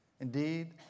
Indeed